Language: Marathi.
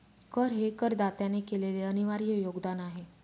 कर हे करदात्याने केलेले अनिर्वाय योगदान आहे